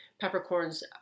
peppercorns